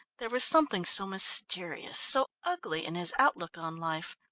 there was something so mysterious, so ugly in his outlook on life,